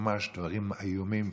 ממש דברים איומים,